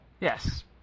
Yes